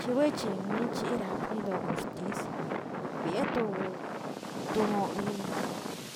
Chewenche gnich nirak winlo axtis, bieto to no bie